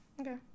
Okay